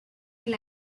del